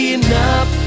enough